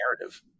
narrative